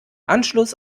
anschluss